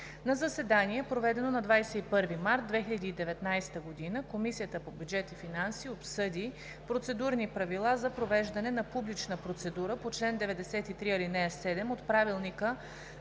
На заседание, проведено на 21 март 2019 г., Комисията по бюджет и финанси обсъди процедурни правила за провеждане на публична процедура по чл. 93, ал. 7 от Правилника